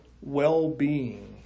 well-being